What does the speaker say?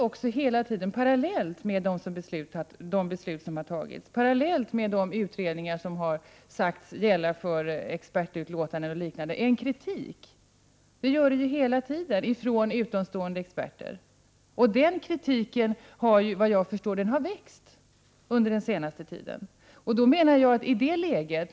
Men parallellt med de beslut som har fattats och parallellt med de utredningar som har sagts gälla för expertutlåtanden och liknande finns det hela tiden en kritik från utomstående experter. Och den kritiken har, såvitt jag förstår, växt under den senaste tiden.